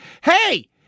hey